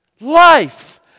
Life